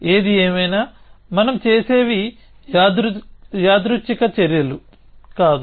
ఏది ఏమైనా మనం చేసేవి యాదృచ్ఛిక చర్యలు కాదు